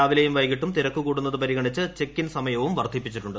രാവിലെയും വൈകിട്ടും കൂടുന്നത് പരിഗണിച്ച് ചെക്ക് ഇൻ തിരക്ക് സമയവും വർദ്ധിപ്പിച്ചിട്ടുണ്ട്